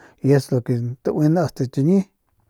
Y eso es lo que tauinan ast chiñi.